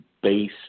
base